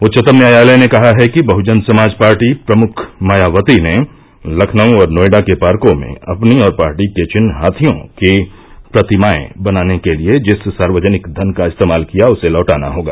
उच्चतम न्यायालय ने कहा है कि बहुजन समाजपार्टी प्रमुख मायावती ने लखनऊ और नोएडा के पार्को में अपनी और पार्टी के चिन्ह हाथियों की प्रतिमाए बनाने के लिए जिस सावर्जनिक धन का इस्तेमाल किया उसे लौटाना होगा